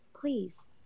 please